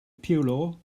pillow